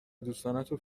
دوستانتو